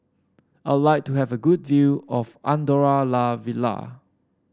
I would like to have a good view of Andorra La Vella